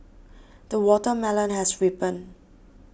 the watermelon has ripened